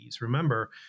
Remember